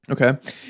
Okay